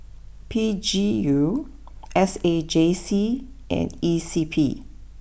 P G U S A J C and E C P